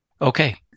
okay